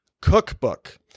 cookbook